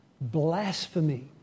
blasphemy